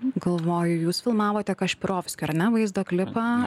galvoju jūs filmavote kašpirovskio ar ne vaizdo klipą